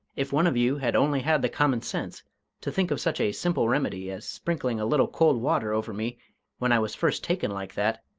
if one of you had only had the common sense to think of such a simple remedy as sprinkling a little cold water over me when i was first taken like that,